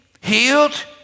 healed